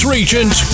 Regent